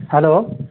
hello